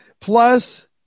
Plus